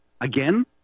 again